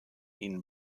ihnen